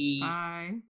Bye